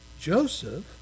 Joseph